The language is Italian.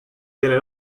delle